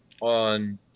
on